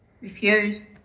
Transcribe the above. Refused